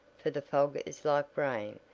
for the fog is like rain,